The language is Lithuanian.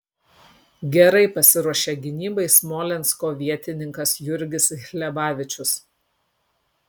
gerai pasiruošė gynybai smolensko vietininkas jurgis hlebavičius